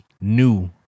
new